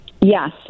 Yes